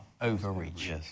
overreach